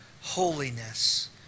holiness